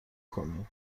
کنی